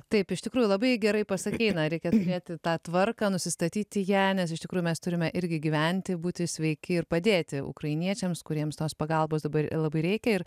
taip iš tikrųjų labai gerai pasakei reikia turėti tą tvarką nusistatyti ją nes iš tikrųjų mes turime irgi gyventi būti sveiki ir padėti ukrainiečiams kuriems tos pagalbos dabar labai reikia ir